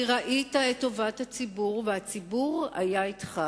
כי ראית את טובת הציבור, והציבור היה אתך.